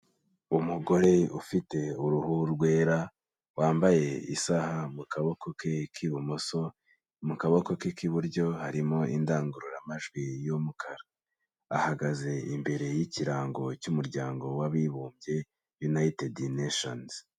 Umugore ufite uruhu rwera, wambaye isaha mu kaboko ke k'ibumoso, mu kaboko k'iburyo harimo indangururamajwi y'umukara, ahagaze imbere y'ikirango cy'Umuryango w'Abibumbye; United Nations.